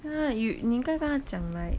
yeah you 你应该跟他讲 like